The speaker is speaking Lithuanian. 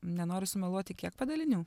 nenoriu sumeluoti kiek padalinių